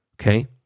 okay